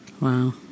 Wow